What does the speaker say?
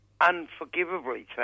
unforgivably